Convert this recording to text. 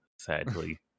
sadly